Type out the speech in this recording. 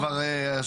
כבר שפטת?